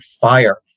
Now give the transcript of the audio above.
fire